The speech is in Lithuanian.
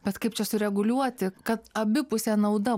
bet kaip čia sureguliuoti kad abipusė nauda